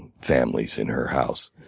families in her house,